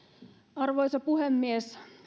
arvoisa puhemies